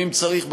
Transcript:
ואם צריך,